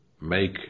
make